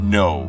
no